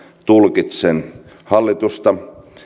tulkitsen hallitusta